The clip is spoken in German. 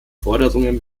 forderungen